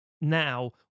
now